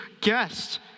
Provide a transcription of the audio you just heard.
guest